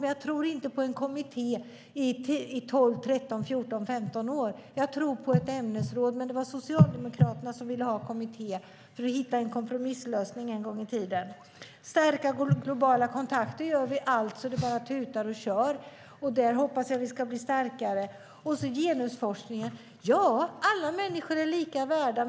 Men jag tror inte på en kommitté i 12, 13, 14 eller 15 år. Jag tror på ett ämnesråd. Men det var Socialdemokraterna som en gång i tiden ville ha en kommitté för att hitta en kompromisslösning. Stärker våra globala kontakter gör vi - vi bara tutar och kör. Där hoppas jag att vi ska bli starkare. Sedan var det genusforskningen. Ja, alla människor är lika värda.